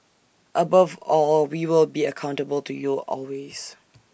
above all we will be accountable to you always